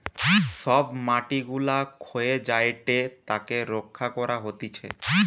সব মাটি গুলা ক্ষয়ে যায়েটে তাকে রক্ষা করা হতিছে